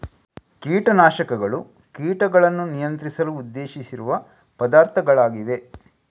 ಕೀಟ ನಾಶಕಗಳು ಕೀಟಗಳನ್ನು ನಿಯಂತ್ರಿಸಲು ಉದ್ದೇಶಿಸಿರುವ ಪದಾರ್ಥಗಳಾಗಿವೆ